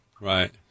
Right